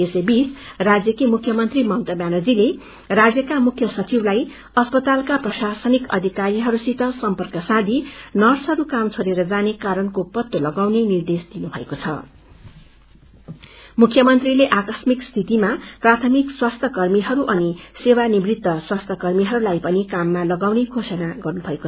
यसैबीच राज्यकी मुख्यमंत्री ममता व्यानर्जीले राज्यका मुख्य सचिवलाई अस्पतालका प्रशासनिक अधिकारीहरूसित सम्प्रक साँधी नर्सहरू काम छोड़ेर जाने कारणको पत्तो लगाउने निर्देश दिनुभएको छं मुख्यमंत्रीले आकस्मिक स्थितिमा प्राथमिक स्वास्थ्य कर्मीहरू अनि सेवानिवृत स्वास्थ्स कर्मीहरूलाई पनि अस्पातालाका काममा लगाउने घोषणा गर्नुभयो